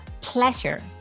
pleasure